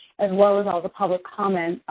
and well as all the public comment,